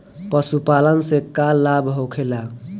पशुपालन से का लाभ होखेला?